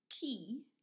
key